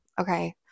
Okay